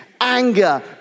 anger